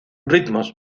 ritmos